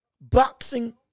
boxing